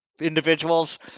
individuals